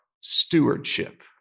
stewardship